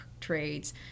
trades